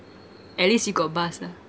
at least you got bus ah